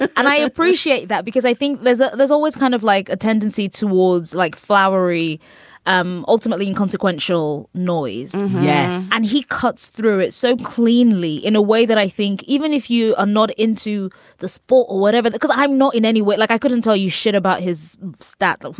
and i appreciate that because i think leser was always kind of like a tendency towards like floury um ultimately inconsequential noise. yes. and he cuts through it so cleanly in a way that i think even if you are not into the sport or whatever, because i'm not in any way like i couldn't tell you shit about his stats.